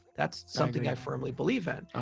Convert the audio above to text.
that's something i firmly believe in.